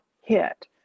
hit